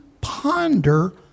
ponder